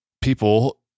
people